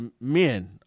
men